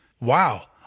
wow